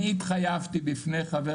הוא הקים מדינה לפני חמישה חודשים,